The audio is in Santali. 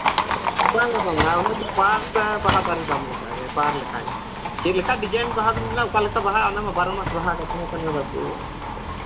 ᱵᱟᱝᱟ ᱵᱟᱝᱟ ᱚᱱᱟ ᱫᱚ ᱯᱟᱨᱴ ᱵᱟᱦᱟ ᱫᱟᱨᱮ ᱫᱟᱢ ᱞᱮᱠᱟᱜᱮ ᱯᱟᱨ ᱞᱮᱠᱟᱜᱮ ᱪᱮᱫ ᱞᱮᱠᱟ ᱰᱤᱡᱟᱭᱤᱱ ᱵᱟᱦᱟ ᱵᱮᱱ ᱧᱮᱞᱟ ᱚᱠᱟ ᱞᱮᱠᱟ ᱵᱟᱦᱟᱜᱼᱟ ᱚᱱᱟ ᱢᱟ ᱵᱟᱨᱚ ᱢᱟᱥ ᱵᱟᱦᱟ ᱠᱟᱱᱟ ᱵᱟᱠᱚ